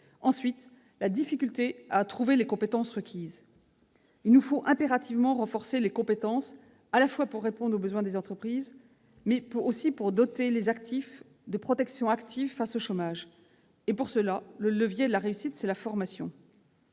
la difficulté à trouver les compétences requises. Il nous faut impérativement renforcer les compétences, à la fois pour répondre aux besoins des entreprises et pour doter les actifs de protections actives face au chômage. Pour cela, le levier de la réussite est la formation.